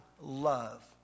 love